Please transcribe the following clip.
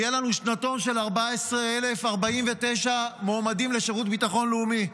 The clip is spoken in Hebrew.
יהיה לנו שנתון של 14,049 מועמדים לשירות ביטחון לאומי,